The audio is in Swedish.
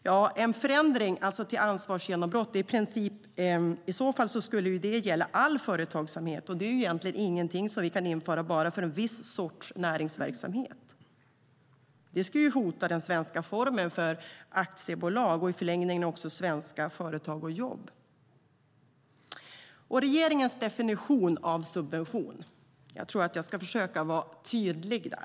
Ja, en förändring till ansvarsgenombrott skulle i så fall gälla all företagsamhet, och det är egentligen ingenting som vi kan införa bara för en viss sorts näringsverksamhet. Det skulle hota den svenska formen för aktiebolag och i förlängningen också svenska företag och jobb. När det gäller regeringens definition av subvention tror jag att jag ska försöka vara tydlig.